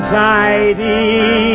tidy